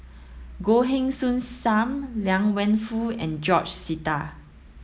Goh Heng Soon Sam Liang Wenfu and George Sita